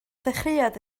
ddechreuodd